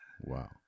Wow